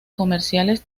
comerciales